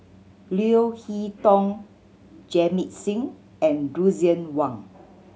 Leo Hee Tong Jamit Singh and Lucien Wang